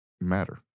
matter